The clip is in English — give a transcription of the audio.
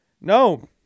No